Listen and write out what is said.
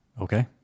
Okay